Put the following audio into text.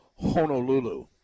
Honolulu